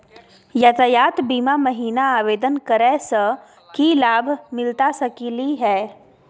यातायात बीमा महिना आवेदन करै स की लाभ मिलता सकली हे?